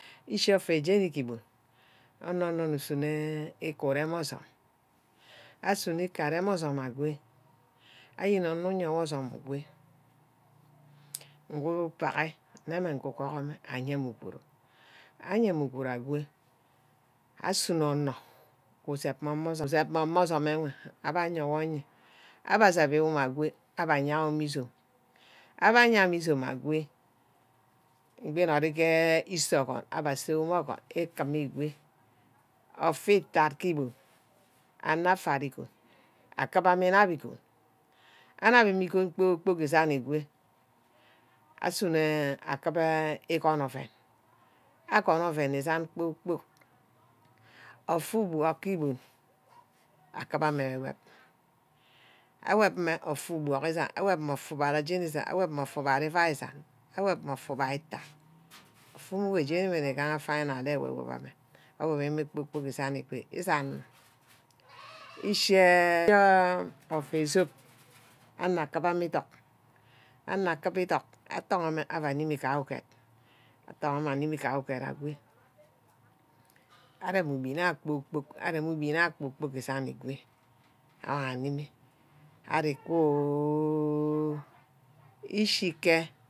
Ano-Ano nne suhu îku urem osume. agunne îku arem orsume aguwe. ayene onor uyowo osume ugu fiahe nne when nge ayeme uguru, ayeme uguru agwe, asuno onor who sepme me usepme osume ewe aba yehwoh ewe, aba esep who mme ago abe ayar wo izome, aba aya izome egwe, egbî înorî ke îse orgwun aba saaye mme orgwun i ekimigwe, offe itat ke igbon anor avarí îgon. akimma inep îgon anap îgon kpor-kpork esan îgo asunne akima igwune oven, ogone-oven Esan kpor-kpork, offe îvuye ke ebon akiba mme ke ewop-wop, ewop mme offe ubok isan, awop mme offe ubara jeni esan, awop mma offe ubara evia esan, awop mme offe ubara itat, offe umuo-jeni nne gaha final ewop-ewop ame, ewop eme kpor-kpork esan îgo, esan mma, iseh sia offe sope anor akibame ìduck, anor kíba iduck, aduck mme attohom eh ava nnime ke uget, atton'homeh animi ke uget ago, arem îgbini ayo kpor-kpork, arem igbini ayo kpor-kpork igo amang anime, ari kuuu ísheke arí